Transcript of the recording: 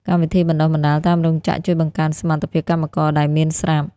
កម្មវិធីបណ្ដុះបណ្ដាលតាមរោងចក្រជួយបង្កើនសមត្ថភាពកម្មករដែលមានស្រាប់។